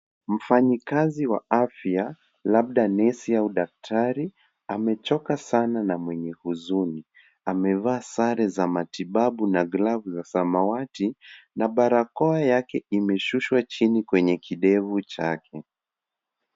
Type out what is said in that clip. Mfanyikazi wa afya, labda nesi au daktari amechoka sana na mwenye huzuni. Amevaa sare za matibabu na glavu za samawati , na barakoa yake imeshushwa chini kwenye kidevu chake.